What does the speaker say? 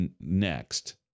Next